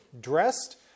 dressed